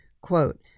Quote